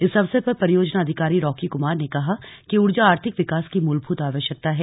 इस अवसर पर परियोजना अधिकारी रॉकी कमार ने कहा कि ऊर्जा आर्थिक विकास की मूलभूत आवश्यकता है